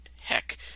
heck